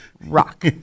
rock